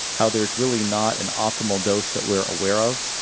how there's really not an optimal dose that we're aware of.